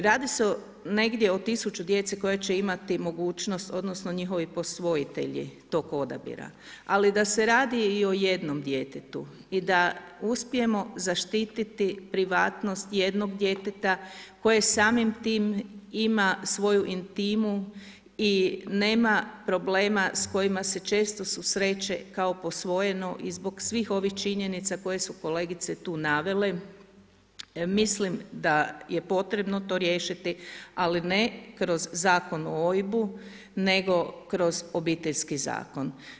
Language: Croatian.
Radi se negdje o tisuću djece koja će imati mogućnost odnosno njihovi posvojitelji tog odabira, ali da se radi i o jednom djetetu i da uspijemo zaštiti privatnost jednog djeteta koji samim tim ima svoju intimu i nema problema s kojima s često susreće kao posvojeno i zbog svih ovih činjenica koje su kolegice tu navele, mislim da je potrebno to riješiti, ali ne kroz Zakon o OIB-u nego kroz Obiteljski zakon.